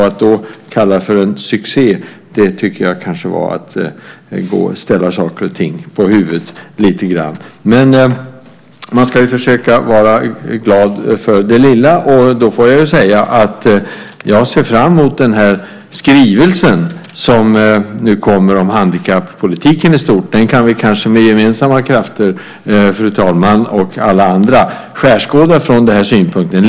Att då kalla det för en succé är kanske att ställa saker och ting på huvudet lite grann. Man ska försöka att vara glad för det lilla. Jag ser fram emot skrivelsen som nu kommer om handikappolitiken i stort. Den kan vi kanske med gemensamma krafter, fru talman och alla andra, skärskåda från den här synpunkten.